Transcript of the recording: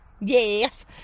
Yes